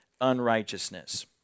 unrighteousness